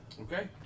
Okay